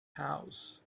house